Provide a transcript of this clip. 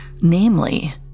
Namely